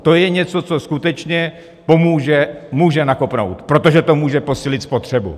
To je něco, co skutečně pomůže, může nakopnout, protože to může posílit spotřebu.